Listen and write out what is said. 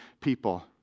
people